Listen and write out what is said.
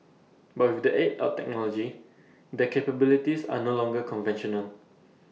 but with the aid of technology their capabilities are no longer conventional